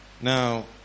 Now